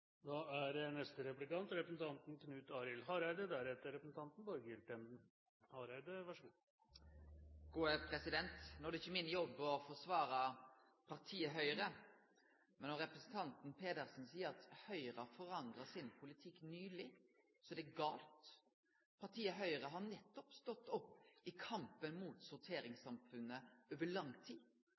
Da velger jeg forskning og kunnskap framfor skattekutt. No er det ikkje min jobb å forsvare partiet Høgre. Men når representanten Pedersen seier at Høgre nyleg har forandra politikken sin, så er det galt. Partiet Høgre har stått opp i kampen mot sorteringssamfunnet over lang tid.